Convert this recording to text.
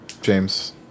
James